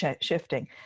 shifting